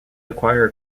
acquire